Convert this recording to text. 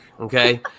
Okay